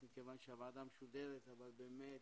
מכיוון שהועדה משודרת, אבל באמת,